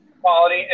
quality